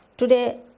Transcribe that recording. Today